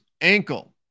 ankle